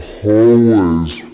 hallways